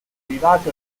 vivace